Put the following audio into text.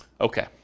Okay